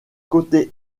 côté